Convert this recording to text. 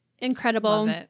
incredible